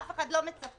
אף אחד לא מצפה